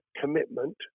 commitment